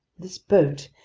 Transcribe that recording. this boat,